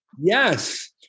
Yes